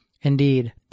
Indeed